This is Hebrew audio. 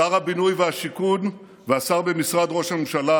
שר הבינוי והשיכון והשר במשרד ראש הממשלה,